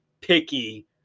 picky